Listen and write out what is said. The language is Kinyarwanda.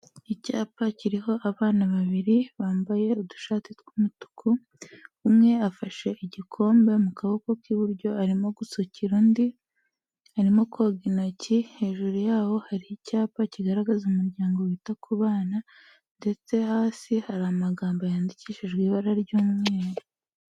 Icyapa kiriho abana babiri, bambaye udushati tw'umutuku, umwe afashe igikombe mu kaboko k'iburyo, arimo gusukira undi, arimo koga intoki, hejuru yaho hari icyapa kigaragaza umuryango wita ku bana, ndetse hasi hari amagambo yandikishijwe ibara ry'umweru.